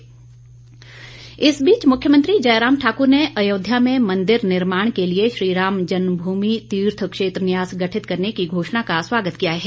स्वागत इस बीच मुख्यमंत्री जयराम ठाकुर ने अयोध्या में मंदिर निर्माण के लिए श्रीराम जन्म भूमि तीर्थ क्षेत्र न्यास गठित करने की घोषणा का स्वागत किया है